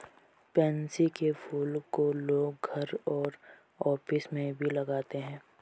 pansy के फूल को लोग घर और ऑफिस में भी लगाते है